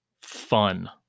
fun